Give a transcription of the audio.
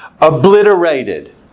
obliterated